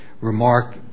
remark